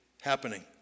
happening